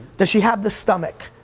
does she have the stomach?